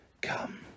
Come